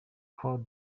call